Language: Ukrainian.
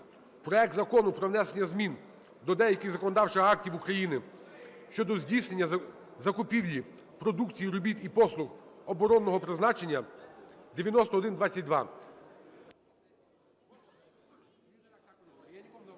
проект Закону про внесення змін до деяких законодавчих актів України щодо здійснення закупівлі продукції, робіт і послуг оборонного призначення (9122).